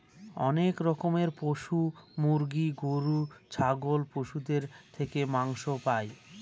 অনেক রকমের পশু মুরগি, গরু, ছাগল পশুদের থেকে মাংস পাই